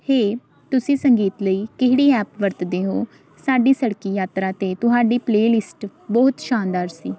ਹੇ ਤੁਸੀਂ ਸੰਗੀਤ ਲਈ ਕਿਹੜੀ ਐਪ ਵਰਤਦੇ ਹੋ ਸਾਡੀ ਸੜਕੀ ਯਾਤਰਾ 'ਤੇ ਤੁਹਾਡੀ ਪਲੇਲਿਸਟ ਬਹੁਤ ਸ਼ਾਨਦਾਰ ਸੀ